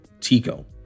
Tico